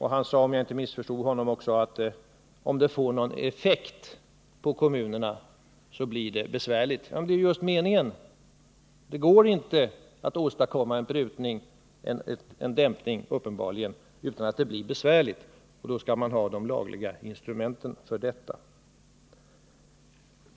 Han sade, om jag inte missförstod honom, att om det får någon effekt på kommunerna blir det besvärligt. Ja, men det är ju meningen. Det går inte att åstadkomma en dämpning utan att det blir besvärligt. Då skall man ha ett lagligt instrument för detta.